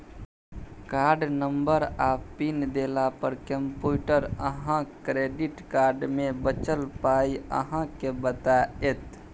card number आ PIN देला पर कंप्यूटर अहाँक क्रेडिट कार्ड मे बचल पाइ अहाँ केँ बताएत